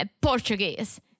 Portuguese